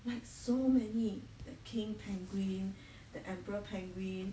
like so many the king penguin the emperor penguin